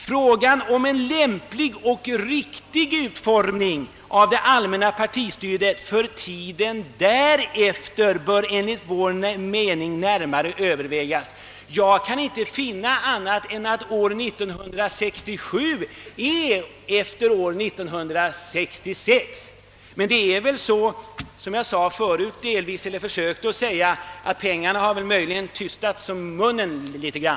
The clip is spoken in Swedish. Frågan om en lämplig och riktig utformning av det allmänna partistödet för tiden därefter bör enligt vår mening närmare övervägas.» Jag kan inte finna annat än att år 1967 kommer efter år 1966, men det förhål ler sig möjligen så — som jag förut antydde — att pengarna har tystat viljan.